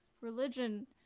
Religion